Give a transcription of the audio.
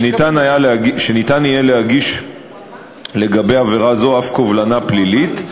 וניתן יהיה להגיש לגבי עבירה זו אף קובלנה פלילית,